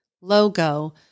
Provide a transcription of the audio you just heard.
logo